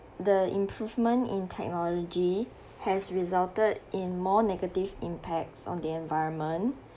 the improvement in technology has resulted in more negative impacts on the environment